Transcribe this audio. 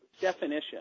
definition